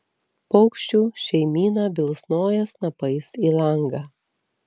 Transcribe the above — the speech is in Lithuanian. paukščių šeimyna bilsnoja snapais į langą